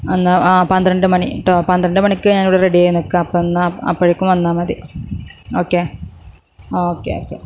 എന്നാൽ ആ പന്ത്രണ്ട് മണി കെട്ടോ പന്ത്രണ്ട് മണിക്ക് ഞാനിവിടെ റെഡിയായി നിൽക്കാം അപ്പം എന്നാൽ അപ്പോഴേക്കും വന്നാൽ മതി ഓക്കെ ഓക്കെ ഓക്കെ